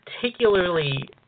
particularly